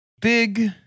big